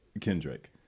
Kendrick